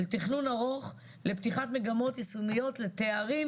של תכנון ארוך לפתיחת מגמות יישומיות לתארים